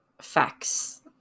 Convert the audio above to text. facts